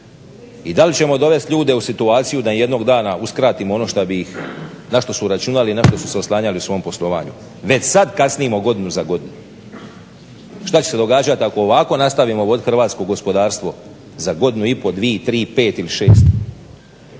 i da li ćemo dovesti ljude u situaciju da jednog dana uskratimo ono na što su računali i na što su se oslanjali u svom poslovanju. Već sad kasnimo godinu za godinu. Što će se događati ako ovako nastavimo voditi hrvatsko gospodarstvo za godinu i pol, dvije, tri, pet ili šest?